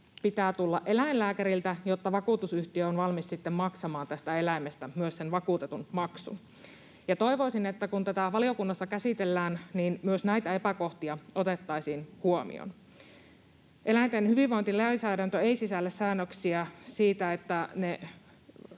pitää tulla eläinlääkäriltä, jotta vakuutusyhtiö on valmis sitten maksamaan tästä eläimestä myös sen vakuutetun maksun. Toivoisin, että kun tätä valiokunnassa käsitellään, niin myös näitä epäkohtia otettaisiin huomioon. Eläinten hyvinvointilainsäädäntö ei sisällä säännöksiä, jotka